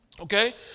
Okay